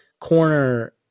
corner